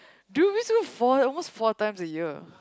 dude we used to go almost four times a year